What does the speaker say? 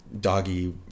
doggy